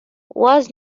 was